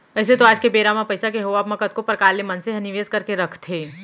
अइसे तो आज के बेरा म पइसा के होवब म कतको परकार ले मनसे ह निवेस करके रखथे